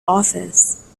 office